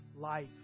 life